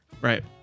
right